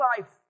life